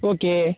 okay